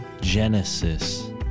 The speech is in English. genesis